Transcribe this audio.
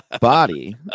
body